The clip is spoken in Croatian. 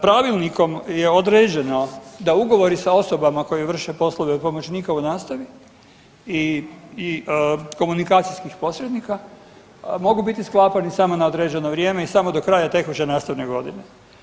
Pravilnikom je određeno da ugovori sa osobama koji vrše poslove pomoćnika u nastavi i komunikacijskih posrednika mogu biti sklapani samo na određeno vrijeme i samo do kraja tekuće nastavne godine.